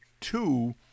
two